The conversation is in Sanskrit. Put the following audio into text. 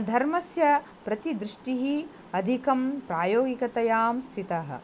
धर्मस्य प्रतिदृष्टिः अधिकं प्रायोगिकतायां स्थितः